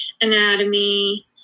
anatomy